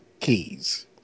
keys